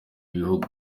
bihugu